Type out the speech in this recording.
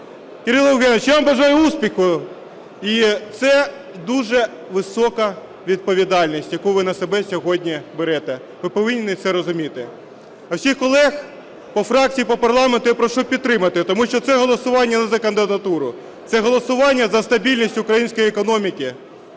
Кирило Євгенович, я вам бажаю успіху. І це дуже висока відповідальність, яку ви на себе сьогодні берете. Ви повинні це розуміти. А всіх колег по фракції і по парламенту я прошу підтримати, тому що це голосування не за кандидатуру, це голосування за стабільність української економіки.